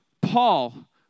Paul